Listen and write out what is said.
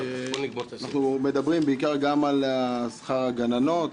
אנחנו מדברים בעיקר גם על שכר הגננות.